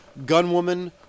Gunwoman